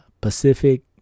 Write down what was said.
Pacific